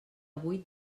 vuit